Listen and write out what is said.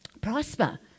prosper